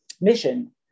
mission